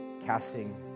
Casting